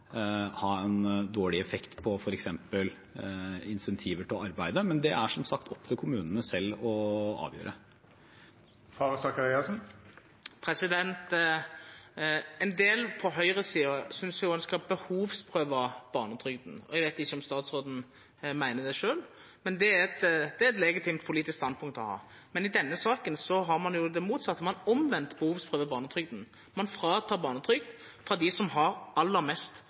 en dårlig effekt på f.eks. insentiver til å arbeide. Men det er som sagt opp til kommunene selv å avgjøre. En del på høyresiden synes jo en skal behovsprøve barnetrygden. Jeg vet ikke om statsråden mener det selv, men det er et legitimt politisk standpunkt å ha. I denne saken har man det motsatte, man omvendt behovsprøver barnetrygden. Man fratar barnetrygd fra dem som har aller mest